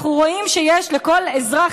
אנחנו רואים שיש לכל אזרח,